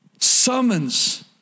summons